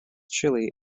chili